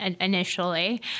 initially